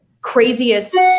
craziest